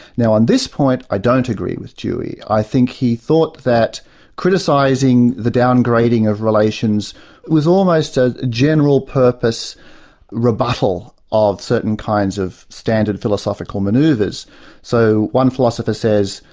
now, on this point i don't agree with dewey. i think he thought that criticising the downgrading of relations was almost a general purpose rebuttal of certain kinds of standard philosophical manoeuvres. so, one philosopher says,